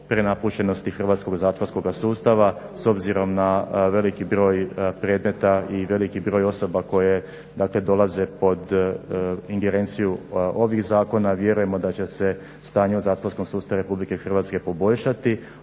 prenapučenosti hrvatskog zatvorskoga sustava s obzirom na veliki broj predmeta i veliki broj osoba koje dakle dolaze pod ingerenciju ovih zakona vjerujemo da će se stanje u zatvorskom sustavu Republike Hrvatske poboljšati